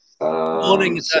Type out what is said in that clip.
morning